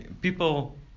people